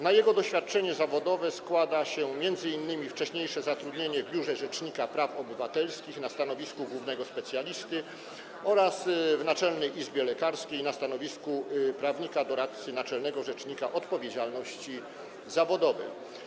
Na jego doświadczenie zawodowe składa się m.in. wcześniejsze zatrudnienie w Biurze Rzecznika Praw Obywatelskich na stanowisku głównego specjalisty oraz w Naczelnej Izbie Lekarskiej na stanowisku prawnika - doradcy naczelnego rzecznika odpowiedzialności zawodowej.